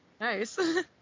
nice